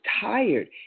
tired